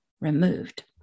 removed